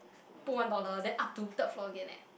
put one dollar then up to third floor again eh